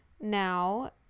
Now